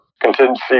contingency